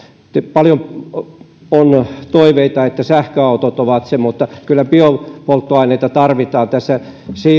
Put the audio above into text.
paljon on toiveita että sähköautot ovat se ratkaisu mutta kyllä biopolttoaineita tarvitaan tässä